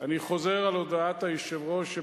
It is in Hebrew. אני חוזר על הודעת היושב-ראש,